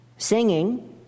Singing